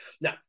Now